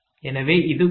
எனவே இது ஒன்று